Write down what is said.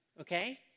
okay